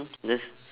just